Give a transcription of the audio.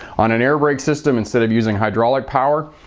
on an air brake system, instead of using hydraulic power,